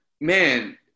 man